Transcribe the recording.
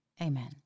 Amen